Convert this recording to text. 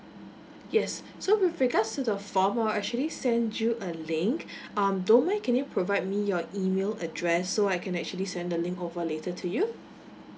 yes so with regards to the form I'll actually send you a link um don't mind can you provide me your email address so I can actually send the link over later to you